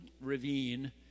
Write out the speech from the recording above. Ravine